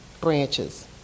branches